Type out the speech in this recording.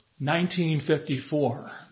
1954